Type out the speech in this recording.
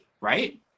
right